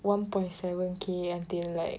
one point seven K until like